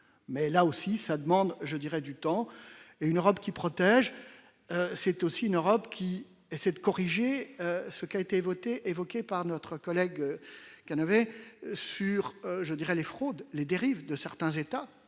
mais elle a aussi sa demande je dirais du temps et une Europe qui protège, c'est aussi une Europe qui essaie de corriger ce qui a été votée, évoqués par notre collègue qui en avait sur je dirais les fraudes, les dérives de certains États